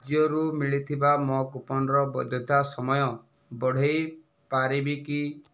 ଜିଓରୁ ମିଳିଥିବା ମୋ କୁପନର ବୈଧତା ସମୟ ବଢ଼େଇ ପାରିବି କି